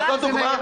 אבל זאת דוגמה?